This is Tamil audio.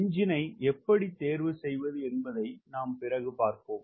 இன்ஜினை எப்படி தேர்வு செய்வதுஎன்பதை நாம் பிறகு பார்ப்போம்